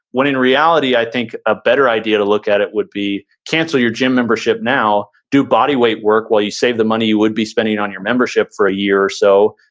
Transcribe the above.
when in reality, i think a better idea to look at it would be cancel your gym membership now, do body weight work while you save the money you would be spending on your membership for a year or so,